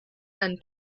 and